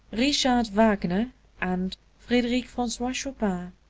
richard wagner and frederic francois chopin.